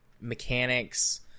mechanics